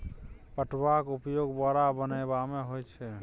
पटुआक उपयोग बोरा बनेबामे होए छै